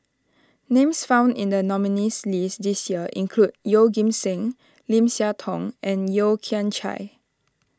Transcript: names found in the nominees' list this year include Yeoh Ghim Seng Lim Siah Tong and Yeo Kian Chai